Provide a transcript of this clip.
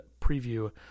preview